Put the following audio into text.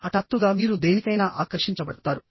హఠాత్తుగా మీరు దేనికైనా ఆకర్షించబడతారు